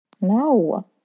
no